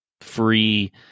free